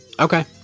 Okay